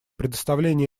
предоставление